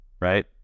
right